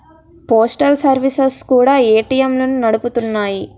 postal services కూడా ఏటీఎంలను నడుపుతున్నాయి